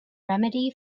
remedy